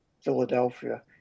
Philadelphia